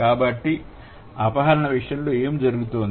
కాబట్టి అపహరణ విషయంలో ఏమి జరుగుతుంది